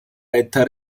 retta